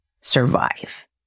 survive